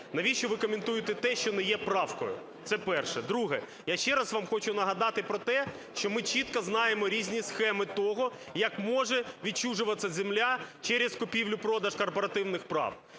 Навіщо ви коментуєте те, що не є правкою. Це перше. Друге. Я ще раз вам хочу нагадати про те, що ми чітко знаємо різні схеми того, як може відчужуватися земля через купівлю-продаж корпоративних прав.